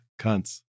Cunts